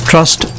Trust